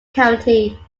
county